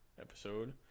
episode